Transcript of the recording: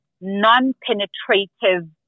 non-penetrative